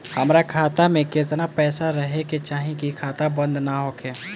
हमार खाता मे केतना पैसा रहे के चाहीं की खाता बंद ना होखे?